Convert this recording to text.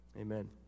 Amen